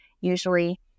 usually